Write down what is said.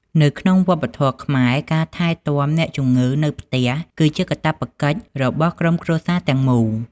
នៅក្នុងវប្បធម៌ខ្មែរ ការថែទាំអ្នកជំងឺនៅផ្ទះគឺជាកាតព្វកិច្ចរបស់ក្រុមគ្រួសារទាំងមូល។